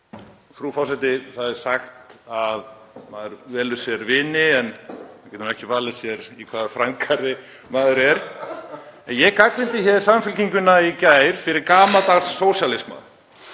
Frú forseti. Það er sagt að maður velur sér vini en maður getur ekki valið sér í hvaða frændgarði maður er. Ég gagnrýndi Samfylkinguna í gær fyrir gamaldags sósíalisma.